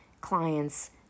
clients